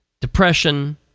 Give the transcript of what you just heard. depression